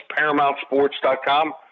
ParamountSports.com